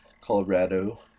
Colorado